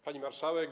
Pani Marszałek!